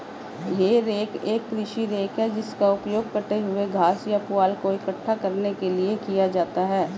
हे rake एक कृषि rake है जिसका उपयोग कटे हुए घास या पुआल को इकट्ठा करने के लिए किया जाता है